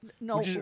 no